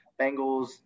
Bengals